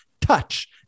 touch